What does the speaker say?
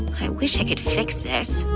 i wish i could fix this.